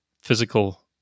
physical